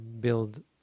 build